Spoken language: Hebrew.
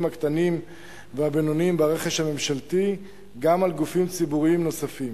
הקטנים והבינוניים ברכש הממשלתי גם על גופים ציבוריים נוספים,